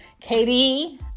Katie